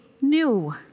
new